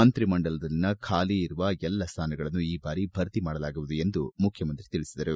ಮಂತ್ರಿಮಂಡಲದಲ್ಲಿನ ಖಾಲಿ ಇರುವ ಎಲ್ಲಾ ಸ್ವಾನಗಳನ್ನು ಈ ಬಾರಿ ಭರ್ತಿ ಮಾಡಲಾಗುವುದು ಎಂದು ಮುಖ್ಯಮಂತ್ರಿ ತಿಳಿಸಿದರು